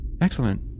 Excellent